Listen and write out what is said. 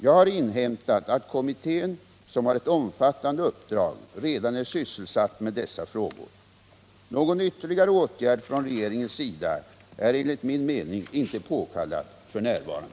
Jag har inhämtat att kommittén, som har ett omfattande uppdrag, redan är sysselsatt med dessa frågor. Någon ytterligare åtgärd från regeringens sida är enligt min mening inte påkallad f.n.